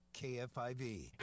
KFIV